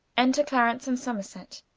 enter clarence and somerset.